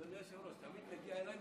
אדוני היושב-ראש, תמיד כשמגיעים אליי,